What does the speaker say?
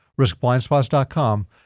riskblindspots.com